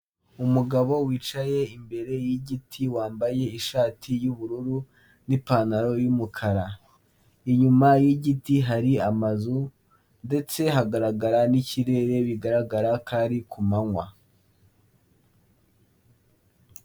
Umugabo wicaye imbere y'igiti wambaye ishati y'ubururu n'ipantaro y'umukara, inyuma y'igiti hari amazu ndetse hagaragara n'ikirere bigaragara ko ari ku manywa.